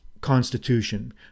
constitution